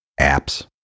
apps